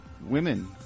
women